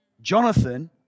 Jonathan